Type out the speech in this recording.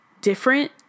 different